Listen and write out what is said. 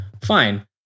Fine